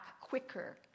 quicker